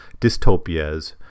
dystopias